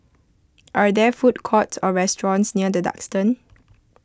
are there food courts or restaurants near the Duxton